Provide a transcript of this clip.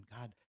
God